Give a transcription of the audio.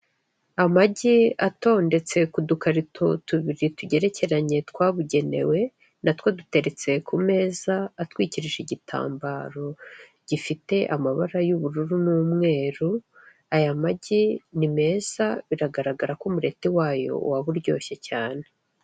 Amagi atondetse ku dukarito tubiri tugerekeranye twabugenewe natwo duteretse ku meza atwikirije igitambaro gifite amabara y' ubururu n' umweru aya magi ni meza biragaragara ko umureti wayo waba uryoshye cyane.